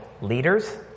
leaders